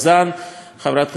חברת הכנסת כהן-פארן,